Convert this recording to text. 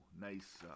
nice